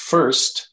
First